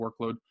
workload